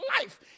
life